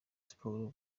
sports